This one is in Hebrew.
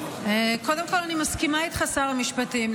קודם כול, אני מסכימה איתך, שר המשפטים.